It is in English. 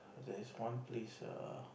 there is one place err